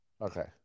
Okay